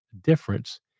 difference